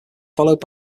followed